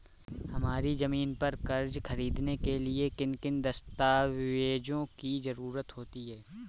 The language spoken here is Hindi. हमारी ज़मीन पर कर्ज ख़रीदने के लिए किन किन दस्तावेजों की जरूरत होती है?